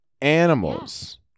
Animals